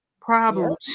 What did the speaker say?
problems